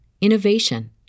innovation